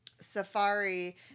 Safari